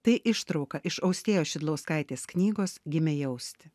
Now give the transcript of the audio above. tai ištrauka iš austėjos šidlauskaitės knygos gimę jausti